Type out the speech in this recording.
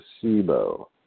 placebo